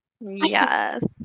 yes